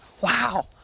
Wow